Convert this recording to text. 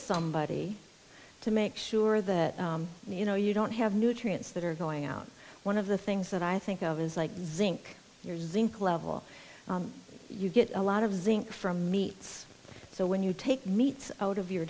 somebody to make sure that you know you don't have nutrients that are going out one of the things that i think of as like zinc your zinc level you get a lot of zinc from meats so when you take meats out of your